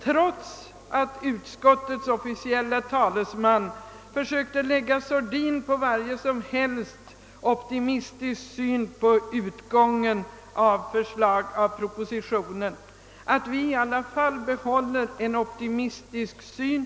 Trots att utskottets officielle talesman försökte lägga sordin på varje som helst optimism i fråga om annan utgång i det här ärendet än bifall till propositionen vill jag fröjda kammaren med att tala om att jag i alla fall behåller en optimistisk syn.